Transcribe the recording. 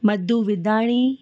Madhu Vidhani